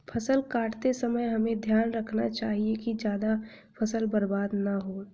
फसल काटते समय हमें ध्यान रखना चाहिए कि ज्यादा फसल बर्बाद न हो